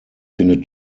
findet